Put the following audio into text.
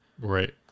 Right